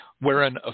wherein